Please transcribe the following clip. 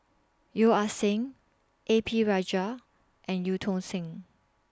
Yeo Ah Seng A P Rajah and EU Tong Sen